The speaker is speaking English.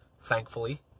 thankfully